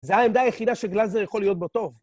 זה העמדה היחידה שגלזר יכול להיות בו טוב.